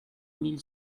mille